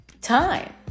time